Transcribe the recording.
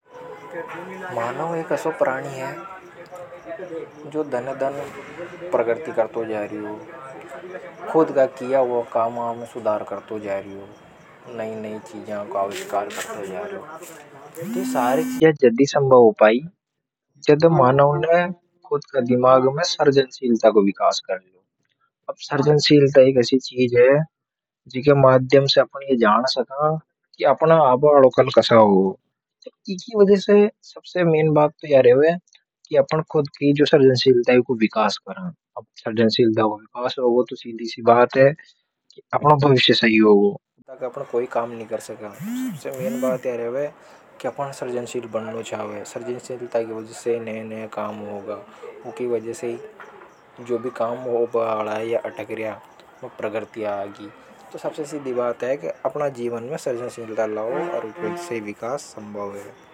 मानव एक असो प्राणी हैं जो दने डन प्रगति कर रियो। खुद का किया हुआ कामा न में सुधार करतो जा रियो। नवी नवी चीजा को अविष्कार करतो जरियों। सृजनशीलता एक असी चीज है जीके माध्यम से अपन ये जान सका। कि अपने आबा आलो कल कसा होगो। इकी वजह से सबसे मैंन बात तो या रेवे अपनो। सीधी सी बात है अपनो भविष्य सही होगो। मैन बात या रेवे की अपन हे सृजनशील बनाने छावे। सृजनशीलता की वजह से ही नया नया काम होगा। यूकी वजह से ही जो भी काम होेबा हाला है या अटक रिया। उनमें प्रगति आगी। तो सीधी सी बात है अपना जीवन में सृजनशीलता लावों। सृजनशीलता से ही विकास संभव है।